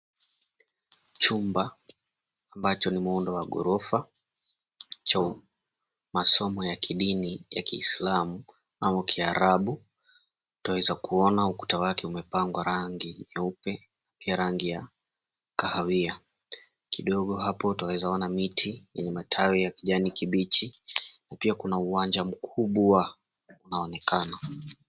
Chumba ambacho ni muundo wa ghorofa cha msomo ya kidini ya kiislamu au kiarabu. Twaweza kuona ukuta wake umepakwa rangi nyeupe pia rangi ya kahawia. Kidogo hapo utaweza ona miti yenye matawi ya kijani kibichi. Pia kuna uwanja mkubwa unaoonekana.